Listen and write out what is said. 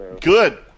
Good